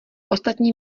ostatní